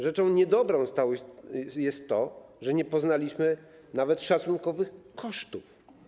Rzeczą niedobrą jest to, że nie poznaliśmy nawet szacunkowych kosztów.